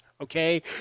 Okay